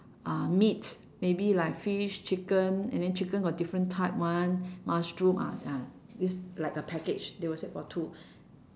uh meat maybe like fish chicken and then chicken got different type [one] mushroom ah this like a package they will say for two